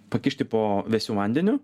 pakišti po vėsiu vandeniu